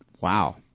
Wow